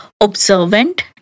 observant